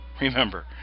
Remember